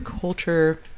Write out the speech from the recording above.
culture